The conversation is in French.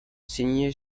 signé